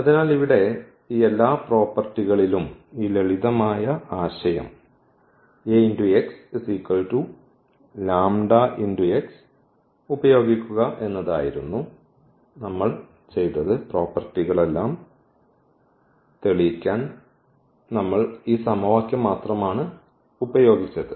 അതിനാൽ ഇവിടെ ഈ എല്ലാ പ്രോപ്പർട്ടികളിലും ഈ ലളിതമായ ആശയം ഉപയോഗിക്കുക എന്നതായിരുന്നു പ്രോപ്പർട്ടികളെല്ലാം തെളിയിക്കാൻ നമ്മൾ ഈ സമവാക്യം മാത്രമാണ് ഉപയോഗിച്ചത്